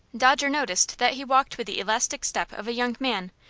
dodger noticed that he walked with the elastic step of a young man,